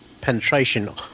penetration